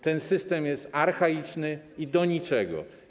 Ten system jest archaiczny i do niczego.